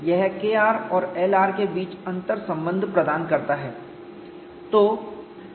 यह Kr और Lr के बीच अंतर्संबंध प्रदान करता है